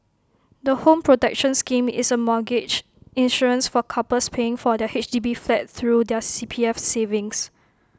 the home protection scheme is A mortgage insurance for couples paying for their H D B flat through their C P F savings